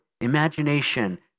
imagination